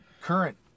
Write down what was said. current